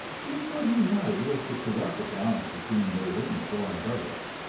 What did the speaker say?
if what he wanted was to correct the balance between native and foreign births,